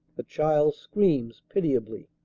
the child screams pitiably.